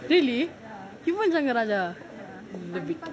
really yuvan shakar raja